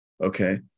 okay